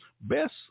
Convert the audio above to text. Best